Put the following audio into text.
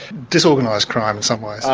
disorganised crime in some ways.